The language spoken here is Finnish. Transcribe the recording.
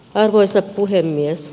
arvoisa puhemies